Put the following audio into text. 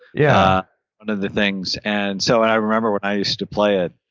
yeah one of the things. and so and i remember when i used to play it,